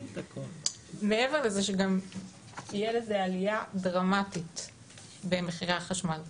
מעבר לזה שגם יהיה לזה עליה דרמטית במחירי החשמל,